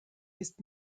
ist